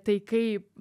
tai kai